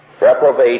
reprobate